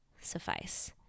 suffice